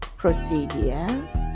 Procedures